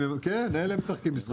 כן אלה משחקים משחקים,